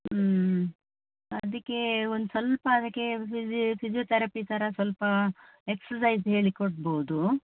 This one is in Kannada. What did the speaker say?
ಹ್ಞೂ ಅದಕ್ಕೆ ಒಂದು ಸ್ವಲ್ಪ ಅದಕ್ಕೆ ಫಿಜಿ ಫಿಜಿಯೋತೆರಪಿ ಥರ ಸ್ವಲ್ಪ ಎಕ್ಸರ್ಸೈಜ್ ಹೇಳಿ ಕೊಡ್ಬೋದು